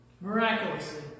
Miraculously